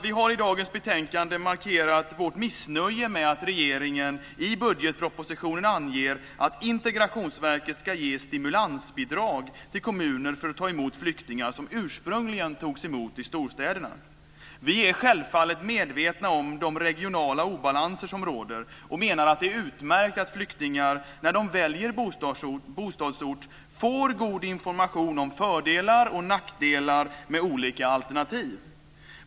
Vi har i dagens betänkande markerat vårt missnöje med att regeringen i budgetpropositionen anger att Integrationsverket ska ge stimulansbidrag till kommuner för att ta emot flyktingar som ursprungligen togs emot i storstäderna. Vi är självfallet medvetna om de regionala obalanser som råder och menar att det är utmärkt att flyktingar, när de väljer bostadsort, får god information om fördelar och nackdelar med olika alternativ.